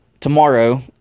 tomorrow